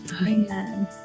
amen